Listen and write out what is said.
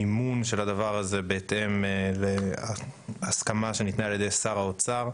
המימון של הדבר הזה נעשה בהתאם להסכמה שניתנה על ידי שר האוצר.